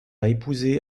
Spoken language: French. épousé